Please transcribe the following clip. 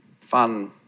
fun